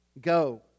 Go